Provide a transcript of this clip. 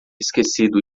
esquecido